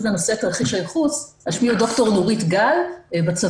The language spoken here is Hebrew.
לנושא תרחיש הייחוס: אני דוקטור נורית גל.